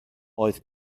oedd